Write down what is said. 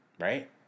Right